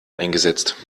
eingesetzt